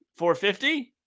450